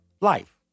life